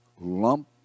lump